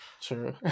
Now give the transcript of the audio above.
True